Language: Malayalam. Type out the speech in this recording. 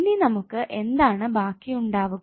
ഇനി നമുക്കു എന്താണ് ബാക്കി ഉണ്ടാവുക